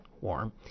warm